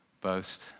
boast